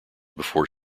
before